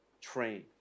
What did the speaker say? train